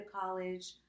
college